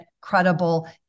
credible